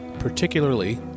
particularly